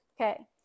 Okay